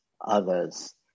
others